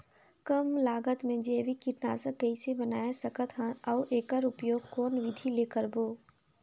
कम लागत मे जैविक कीटनाशक कइसे बनाय सकत हन अउ एकर उपयोग कौन विधि ले करबो?